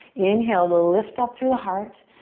inhale to lift up through the heart.